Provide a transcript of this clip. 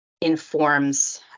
informs